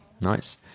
nice